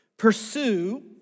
pursue